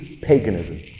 paganism